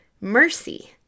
mercy